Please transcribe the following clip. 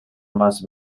más